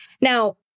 Now